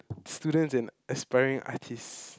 students and aspiring artists